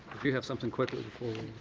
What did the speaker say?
do you have something quickly before